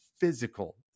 physical